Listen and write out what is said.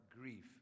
grief